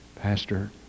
Pastor